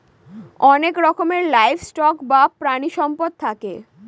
অনেক রকমের livestock বা প্রানীসম্পদ থাকে